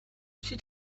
she